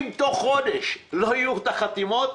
אם תוך חודש לא יהיו החתימות,